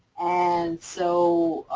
and so,